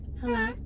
Hello